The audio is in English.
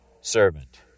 servant